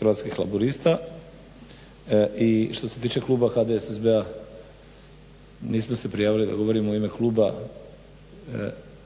Hrvatskih laburista. I što se tiče kluba HDSSB-a nismo se prijavili da govorimo u ime kluba